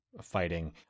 fighting